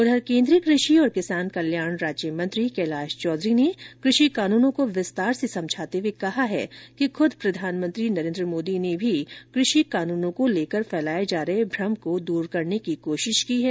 इधर केंद्रीय कृषि और किसान कल्याण राज्यमंत्री कैलाश चौधरी ने कृषि कानूनों को विस्तार से समझाते हुए कहा है कि खुद प्रधानमंत्री नरेंद्र मोदी ने भी कृषि कानूनों को लेकर फैलाए जा रहे भ्रम को दूर करने की कोशिश की है